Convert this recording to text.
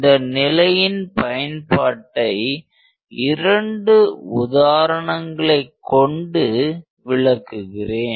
இந்த நிலையின் பயன்பாட்டை இரண்டு உதாரணங்களைக் கொண்டு விளக்குகிறேன்